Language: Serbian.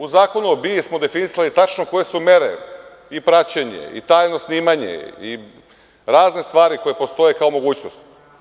U zakonu o BIA smo definisali tačno koje su mere i praćenje, i tajno snimanje i razne stvari koje postoje kao mogućnost.